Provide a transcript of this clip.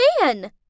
man